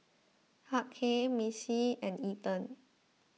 Hughey Missie and Ethen